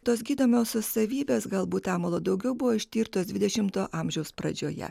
tos gydomosios savybės galbūt amalo daugiau buvo ištirtos dvidešimto amžiaus pradžioje